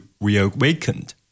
reawakened